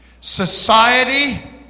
Society